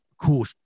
cool